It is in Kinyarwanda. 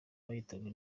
bahitanwe